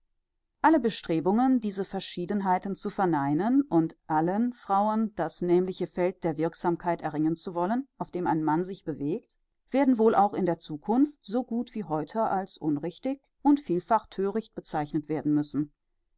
alle bestrebungen diese verschiedenheiten zu verneinen und allen frauen das nämliche feld der wirksamkeit erringen zu wollen auf dem der mann sich bewegt werden wohl auch in der zukunft so gut wie heute als unrichtig und vielfach thöricht bezeichnet werden müssen